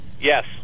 yes